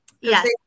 Yes